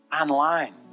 online